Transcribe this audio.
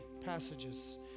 passages